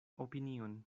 opinion